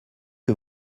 que